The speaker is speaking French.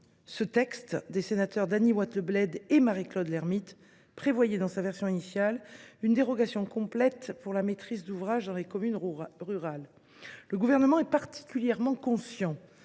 Ce texte des sénateurs Dany Wattebled et Marie Claude Lermytte prévoyait dans sa version initiale une dérogation complète pour la maîtrise d’ouvrage dans les communes rurales. Le Gouvernement est particulièrement conscient